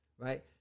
right